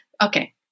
Okay